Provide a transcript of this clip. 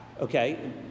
okay